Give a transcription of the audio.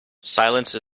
silence